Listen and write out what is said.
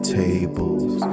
tables